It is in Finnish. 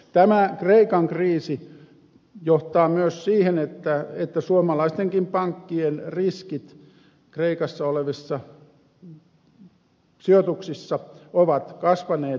tämä kreikan kriisi johtaa myös siihen että suomalaistenkin pankkien riskit kreikassa olevissa sijoituksissa ovat kasvaneet